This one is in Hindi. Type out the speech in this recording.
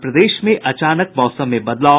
और प्रदेश में अचानक मौसम में बदलाव